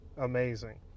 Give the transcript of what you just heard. amazing